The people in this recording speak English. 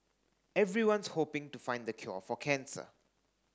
everyone's hoping to find the cure for cancer